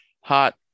hot